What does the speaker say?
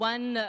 One